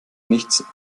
nichts